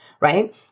Right